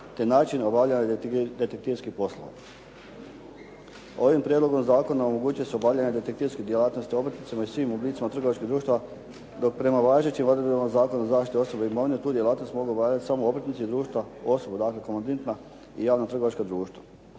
te način obavljanja detektivskih poslova. Ovim prijedlogom zakona omogućuje se obavljanje detektivskih djelatnosti obrtnicima i svim oblicima trgovačkih društava, dok prema važećim odredbama Zakona o zaštiti osoba i imovine tu djelatnost mogu obavljati samo obrtnici i društva, osobna dakle komanditna i javno-trgovačka društva.